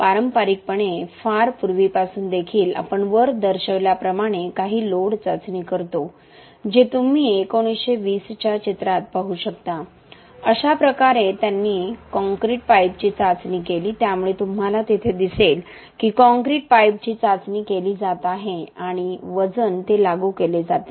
पारंपारिकपणे फार पूर्वीपासून देखील आपण वर दर्शविल्याप्रमाणे काही लोड चाचणी करतो जे तुम्ही 1920 च्या चित्रात पाहू शकता अशा प्रकारे त्यांनी काँक्रीट पाईपची चाचणी केली त्यामुळे तुम्हाला तेथे दिसेल की काँक्रीट पाईपची चाचणी केली जात आहे आणि वजन ते लागू केले जाते